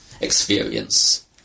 experience